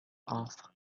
off